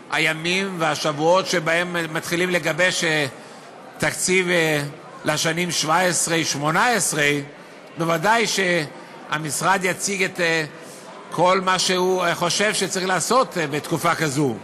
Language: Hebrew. אלה הימים והשבועות שבהם מתחילים לגבש תקציב לשנים 2017 2018. ודאי שהמשרד יציג את כל מה שהוא חושב שצריך לעשות בתקופה כזו.